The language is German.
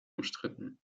umstritten